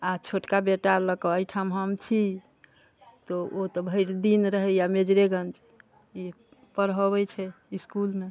आ छोटका बेटा लऽ कऽ एहिठाम हम छी तऽ ओ तऽ भरि दिन रहैए मेजरेगञ्ज पढ़बैत छै इस्कुलमे